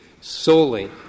solely